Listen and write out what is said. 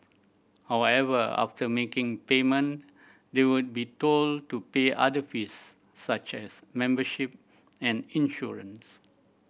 however after making payment they would be told to pay other fees such as membership and insurance